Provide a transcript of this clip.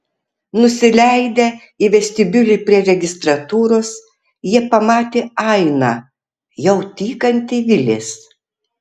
nusileidę į vestibiulį prie registratūros jie pamatė ainą jau tykantį vilės